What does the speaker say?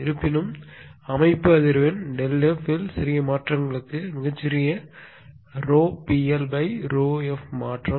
இருப்பினும் அமைப்பு அதிர்வெண் ΔF இல் சிறிய மாற்றங்களுக்கு மிகச் சிறிய PL∂f மாற்றம்